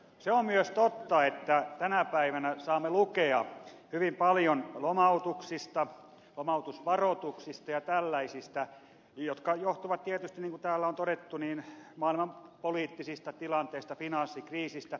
se on myös totta että tänä päivänä saamme lukea hyvin paljon lomautuksista lomautusvaroituksista ja tällaisista jotka johtuvat tietysti niin kuin täällä on todettu maailmanpoliittisista tilanteista finanssikriisistä